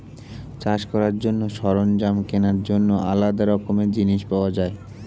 চাষ করার জন্য সরঞ্জাম কেনার জন্য আলাদা রকমের জিনিস পাওয়া যায়